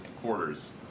quarters